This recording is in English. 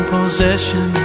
Possession